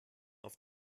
auf